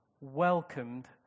welcomed